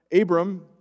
Abram